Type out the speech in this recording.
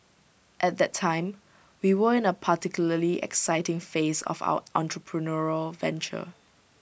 at that time we were in A particularly exciting phase of our entrepreneurial venture